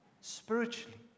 spiritually